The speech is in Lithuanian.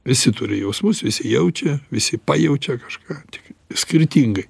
visi turi jausmus visi jaučia visi pajaučiau kažką tik skirtingai